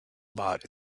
about